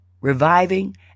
reviving